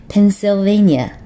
Pennsylvania